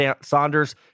Saunders